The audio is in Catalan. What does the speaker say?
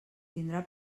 tindrà